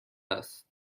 است